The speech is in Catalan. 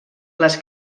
les